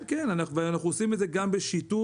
כן, ואנחנו עושים את זה גם בשיתוף